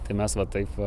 tai mes va taip va